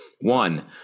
One